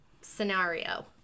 scenario